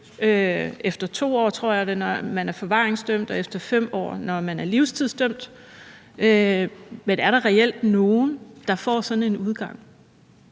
efter 2 år, tror jeg det er, når man er forvaringsdømt, og efter 5 år, når man er livstidsdømt. Men er der reelt nogen, der får sådan en udgang?